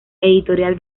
editorial